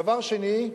דבר שני,